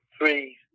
three